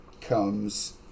comes